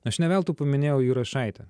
aš ne veltui paminėjau jurašaitį